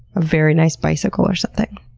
a very nice bicycle or something.